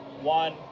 one